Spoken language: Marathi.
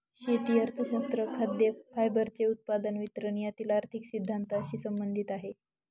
शेती अर्थशास्त्र खाद्य, फायबरचे उत्पादन, वितरण यातील आर्थिक सिद्धांतानशी संबंधित आहे